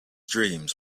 dreams